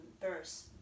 verse